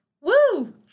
Woo